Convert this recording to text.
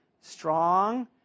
strong